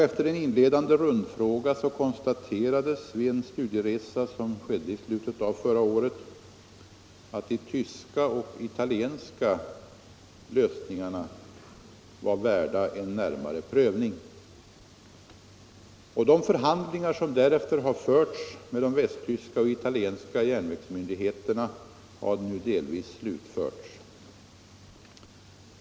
Efter en inledande rundfråga konstaterades vid en studieresa i slutet av förra året att de tyska och italienska lösningarna var värda en närmare prövning. De förhandlingar som därefter har upptagits med de västtyska och italienska järnvägsmyndigheterna är nu delvis slutförda.